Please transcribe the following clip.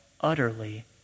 utterly